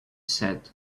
said